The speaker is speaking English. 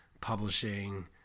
publishing